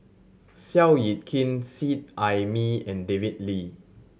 Seow Yit Kin Seet Ai Mee and David Lee